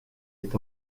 est